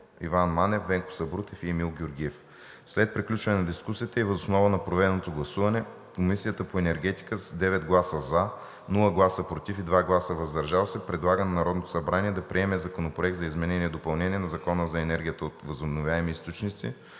Иван Манев, Венко Сабрутев и Емил Георгиев. След приключване на дискусията и въз основа на проведеното гласуване Комисията по енергетика с 9 гласа „за“, без гласове „против“ и 2 гласа „въздържал се“ предлага на Народното събрание да приеме Законопроект за изменение и допълнение на Закона за енергията от възобновяеми източници,